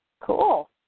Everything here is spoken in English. Cool